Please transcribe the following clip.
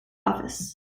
office